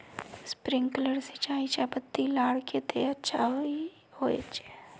Sprinkler सिंचाई चयपत्ति लार केते अच्छा होचए?